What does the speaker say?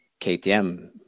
KTM